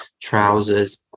trousers